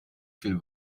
viel